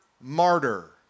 martyr